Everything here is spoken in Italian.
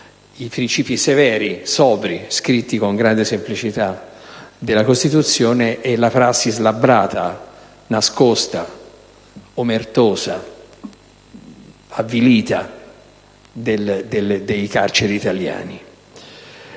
i principi severi e sobri, scritti con grande semplicità, della Costituzione e la prassi slabbrata, nascosta, omertosa e avvilita delle carceri italiane.